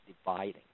dividing